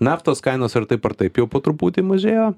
naftos kainos ar taip ar taip jau po truputį mažėjo